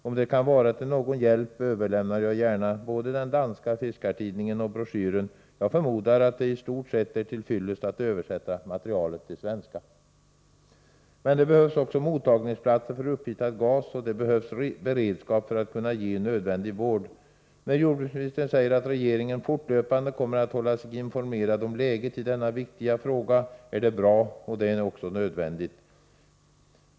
Om det kan vara till någon hjälp, överlämnar jag gärna både den danska fiskartidningen och broschyren. Jag förmodar att det i stort sett är till fyllest att översätta materialet till svenska. Men det behövs också mottagningsplatser för upphittad gas, och det behövs beredskap för att kunna ge nödvändig vård. När jordbruksministern säger att regeringen fortlöpande kommer att hålla sig informerad om läget i denna viktiga fråga är det bra, och det är nödvändigt.